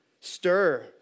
stir